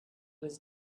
was